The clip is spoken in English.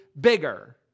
bigger